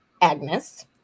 Agnes